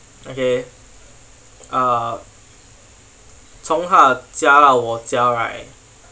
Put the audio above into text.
okay uh 从她的家到我家 right